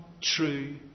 true